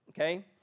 okay